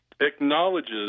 acknowledges